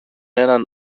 έναν